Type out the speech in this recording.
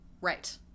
Right